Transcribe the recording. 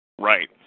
Right